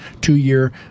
two-year